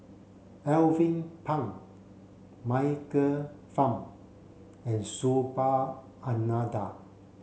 Alvin Pang Michael Fam and Subhas Anandan